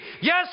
Yes